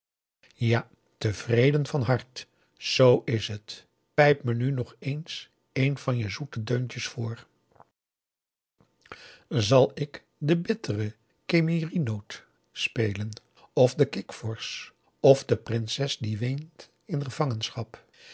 ja tevreden van hart zoo is het pijp me nu nog eens een van je zoete deuntjes voor augusta de wit orpheus in de dessa zal ik de bittere kemirie noot spelen of de kikvorsch of de prinses die weent in gevangenschap